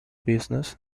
business